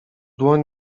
dłoń